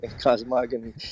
cosmogony